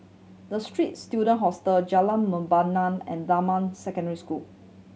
The Straits Student Hostel Jalan Membina and Damai Secondary School